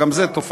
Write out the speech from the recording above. גם זה תופעה,